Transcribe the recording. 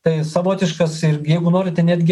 tai savotiškas ir jeigu norite netgi